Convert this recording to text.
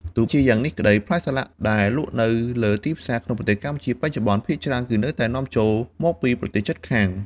ទោះជាយ៉ាងនេះក្តី ផ្លែសាឡាក់ដែលលក់នៅលើទីផ្សារក្នុងប្រទេសកម្ពុជាបច្ចុប្បន្ន ភាគច្រើនគឺនៅតែនាំចូលមកពីប្រទេសជិតខាង ។